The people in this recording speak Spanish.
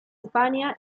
españa